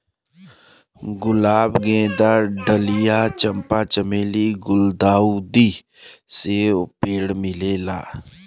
गुलाब गेंदा डहलिया चंपा चमेली गुल्दाउदी सबे पेड़ मिलेला